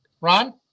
ron